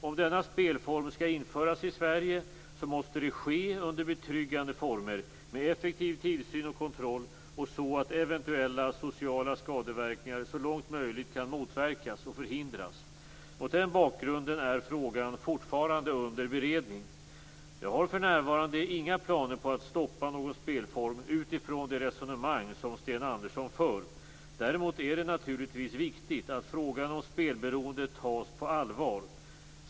Om denna spelform skall införas i Sverige måste det ske under betryggande former, med effektiv tillsyn och kontroll och så att eventuella sociala skadeverkningar så långt möjligt kan motverkas och förhindras. Mot den bakgrunden är frågan fortfarande under beredning. Jag har för närvarande inga planer på att stoppa någon spelform utifrån det resonemang som Sten Andersson för. Däremot är det naturligtvis viktigt att frågan om spelberoende tas på allvar.